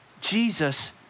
Jesus